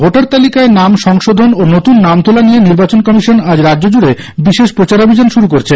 voter তালিকায় নাম সংশোধন ও নতুন নাম তোলা নিয়ে নির্বাচন কমিশন আজ রাজ্যজুড়ে বিশেষ প্রচারাভিযান শুরু করেছে